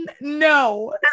no